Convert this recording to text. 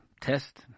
test